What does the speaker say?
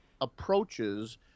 approaches